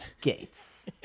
Gates